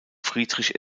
friedrich